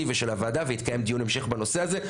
ושל הוועדה ויתקיים דיון המשך בנושא הזה,